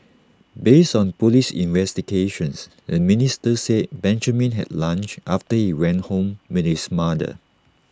based on Police investigations the minister said Benjamin had lunch after he went home with his mother